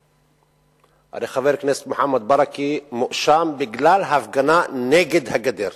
הרי חבר הכנסת מוחמד ברכה מואשם בגלל הפגנה נגד הגדר.